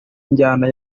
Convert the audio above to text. injyana